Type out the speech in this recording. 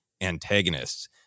antagonists